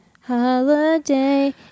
Holiday